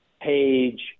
Page